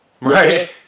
Right